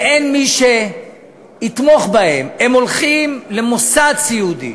ואין מי שיתמוך בהם, הם הולכים למוסד סיעודי,